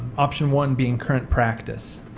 option one being current practice.